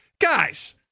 guys